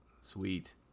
Sweet